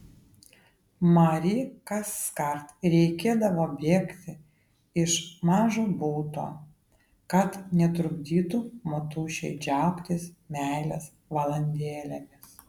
mari kaskart reikėdavo bėgti iš mažo buto kad netrukdytų motušei džiaugtis meilės valandėlėmis